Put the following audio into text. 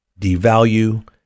devalue